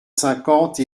cinquante